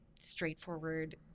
straightforward